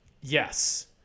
Yes